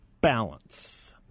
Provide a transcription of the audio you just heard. BALANCE